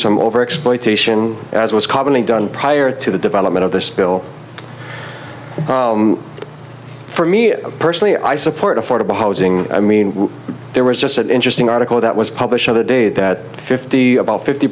from over exploitation as was commonly done prior to the development of the spill for me personally i support affordable housing i mean there was just an interesting article that was published other day that fifty about fifty